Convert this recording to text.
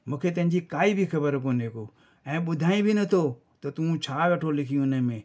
मूंखे तुंहिंजी काई बि ख़बर कोने को ऐं ॿुधाए बि नथो त तूं छा वेठो लिखी हुन में